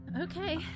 okay